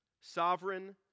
Sovereign